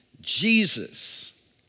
Jesus